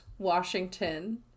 washington